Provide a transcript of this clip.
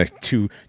two